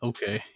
Okay